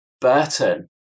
Burton